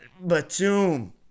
Batum